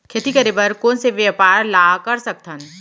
खेती करे बर कोन से व्यापार ला कर सकथन?